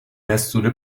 دستور